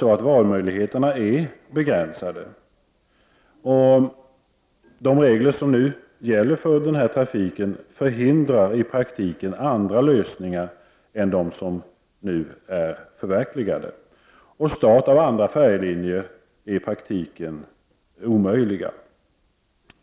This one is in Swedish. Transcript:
Ja, valmöjligheterna är begränsade, och de regler som nu gäller för trafiken förhindrar andra lösningar än de som nu är förverkligade. Start av andra färjelinjer är i praktiken omöjliga.